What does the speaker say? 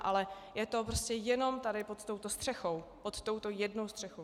Ale je to prostě jenom tady pod touto střechou, pod touto jednou střechou.